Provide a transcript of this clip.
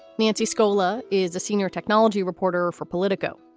nancy scola is a senior technology reporter for politico.